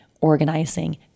organizing